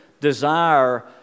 desire